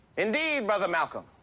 indeed, brother malcolm.